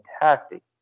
fantastic